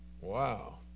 Wow